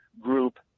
group